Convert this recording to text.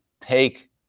take